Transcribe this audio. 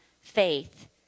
faith